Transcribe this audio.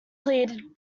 pleaded